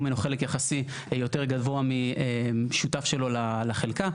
ממנו חלק יחסי יותר גבוה משותף שלו לחלקה.